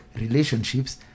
relationships